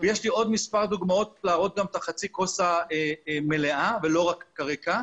ויש לי עוד מספר דוגמאות להראות גם את חצי הכוס המלאה ולא רק את הריקה.